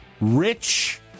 rich